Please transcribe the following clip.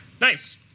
Nice